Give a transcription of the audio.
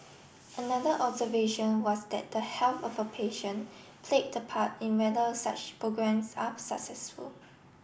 another observation was that the health of a patient played the part in whether such programmes are successful